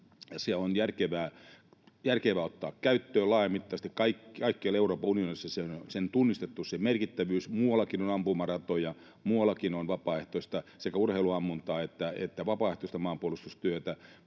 Se on järkevää ottaa käyttöön laajamittaisesti. Kaikkialla Euroopan unionissa on tunnistettu sen merkittävyys. Muuallakin on ampumaratoja, muuallakin on sekä urheiluammuntaa että vapaaehtoista maanpuolustustyötä.